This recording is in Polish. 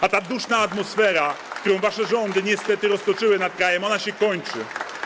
A ta duszna atmosfera, którą wasze rządy niestety roztoczyły nad krajem, się kończy.